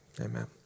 amen